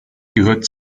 gehört